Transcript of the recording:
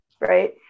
right